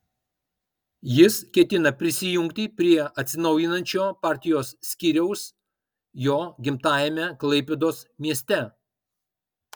jis ketina prisijungti prie atsinaujinančio partijos skyriaus jo gimtajame klaipėdos mieste